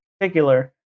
particular